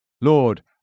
Lord